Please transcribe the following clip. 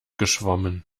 geschwommen